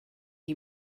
you